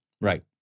Right